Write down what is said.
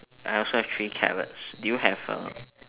I also have three carrots do you have a